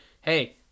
hey